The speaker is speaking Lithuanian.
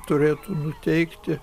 turėtų nuteikti